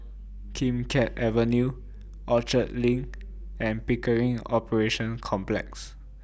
Kim Keat Avenue Orchard LINK and Pickering Operations Complex